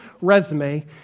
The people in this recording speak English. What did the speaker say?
resume